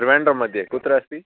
ट्रिवेण्ड्रं मध्ये कुत्र अस्ति